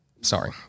sorry